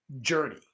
journey